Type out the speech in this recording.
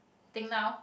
think now